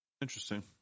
Interesting